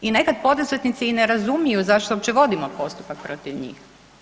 I nekad poduzetnici i ne razumiju zašto uopće vodimo postupak protiv njih.